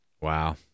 Wow